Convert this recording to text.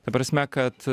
ta prasme kad